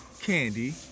candy